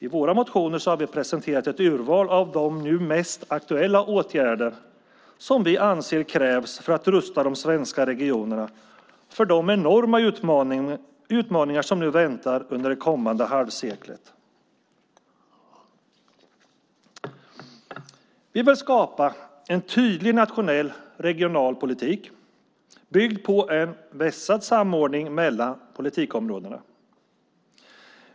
I våra motioner har vi presenterat ett urval av de nu mest aktuella åtgärder som vi anser krävs för att rusta de svenska regionerna för de enorma utmaningar som väntar under det kommande halvseklet. Vi vill skapa en tydlig nationell regionalpolitik, byggd på en vässad samordning mellan politikområdena.